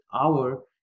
hour